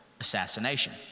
assassination